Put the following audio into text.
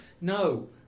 No